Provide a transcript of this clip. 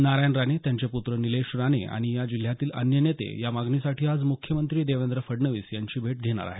नारायण राणे त्यांचे पूत्र निलेश राणे आणि या जिल्ह्यांतील अन्य नेते या मागणीसाठी आज मुख्यमंत्री देवेंद्र फडणवीस यांची भेट घेणार आहेत